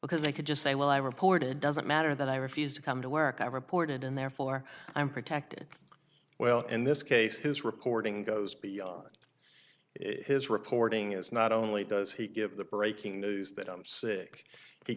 because they could just say well i reported doesn't matter that i refused to come to work i reported and therefore i'm protected well in this case his reporting goes beyond his reporting as not only does he give the breaking news that i'm sick he